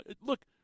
Look